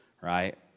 right